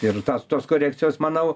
ir tas tos korekcijos manau